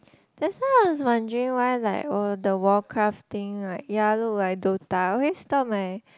that's why I was wondering why like oh the warcraft thing like ya look like Dota always thought my